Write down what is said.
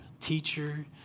teacher